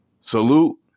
Salute